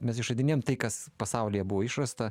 mes išradinėjom tai kas pasaulyje buvo išrasta